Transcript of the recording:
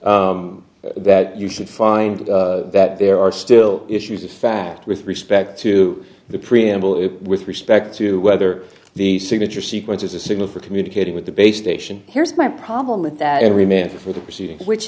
that that you should find that there are still issues of fact with respect to the preamble with respect to whether the signature sequence is a signal for communicating with the base station here's my problem with that every man for the proceeding which